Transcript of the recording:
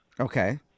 Okay